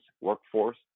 workforce